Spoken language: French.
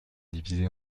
divisée